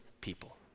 people